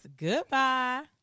goodbye